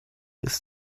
ist